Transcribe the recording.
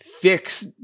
fix